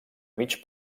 mig